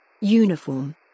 Uniform